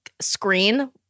screen